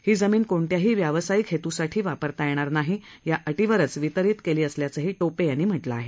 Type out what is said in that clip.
ही जमीन कोणत्याही व्यावसायिक हेतूसाठी वापरता येणार नाही या अटीवरच वितरीत केली असल्याचंही टोपे यांनी म्हटलं आहे